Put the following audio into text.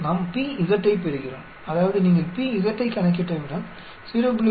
நாம் p z ஐப் பெறுகிறோம் அதாவது நீங்கள் p z ஐக் கணக்கிட்டவுடன் 0